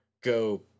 go